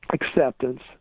acceptance